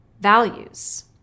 values